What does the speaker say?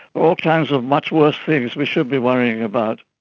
all kinds of much worse things we should be worrying about.